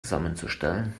zusammenzustellen